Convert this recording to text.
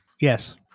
Yes